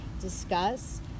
discuss